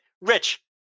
rich